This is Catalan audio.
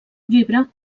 llibre